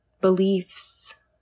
beliefs